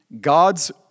God's